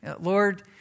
Lord